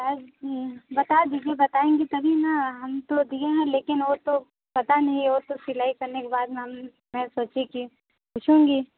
और बता दीजिए बतायेंगी तभी ना हम तो दिए है लेकिन वो तो पता नहीं वो तो सिलाई करने के बाद हमने सोचे की पूछूँगी